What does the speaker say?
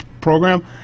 program